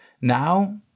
Now